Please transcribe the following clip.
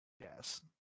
yes